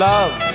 Love